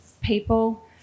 people